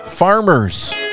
Farmers